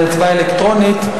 להצבעה אלקטרונית,